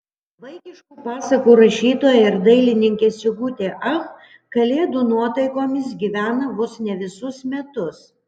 vaikiškų pasakų rašytoja ir dailininkė sigutė ach kalėdų nuotaikomis gyvena vos ne visus metus